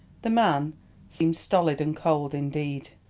the man seemed stolid and cold indeed,